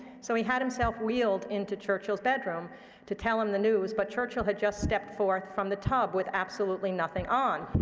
so he had himself wheeled into churchill's bedroom to tell him the news, but churchill had just stepped forth from the tub with absolutely nothing on.